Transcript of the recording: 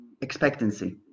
expectancy